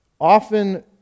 Often